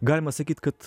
galima sakyt kad